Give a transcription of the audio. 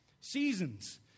Seasons